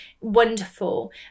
wonderful